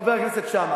חבר הכנסת שאמה.